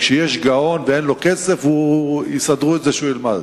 כשיש גאון ואין לו כסף יסדרו את זה שהוא ילמד,